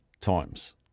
times